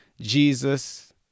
Jesus